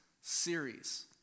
series